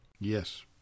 Yes